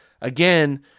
again